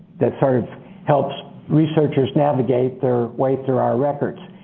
that sort of helps researchers navigate their way through our records.